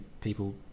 people